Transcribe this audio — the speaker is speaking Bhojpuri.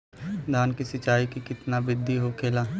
धान की सिंचाई की कितना बिदी होखेला?